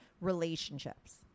relationships